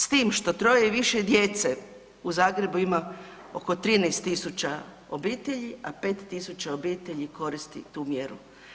S tim što 3 i više djece u Zagrebu ima oko 13.000 obitelji, a 5.000 obitelji koristi tu mjeru.